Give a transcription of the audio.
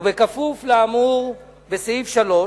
ובכפוף לאמור בסעיף 3,